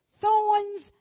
thorns